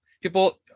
people